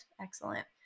excellent